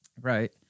Right